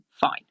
Fine